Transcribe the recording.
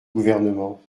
gouvernement